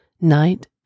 Night